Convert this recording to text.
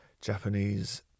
Japanese